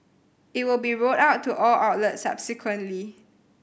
it will be rolled out to all outlets subsequently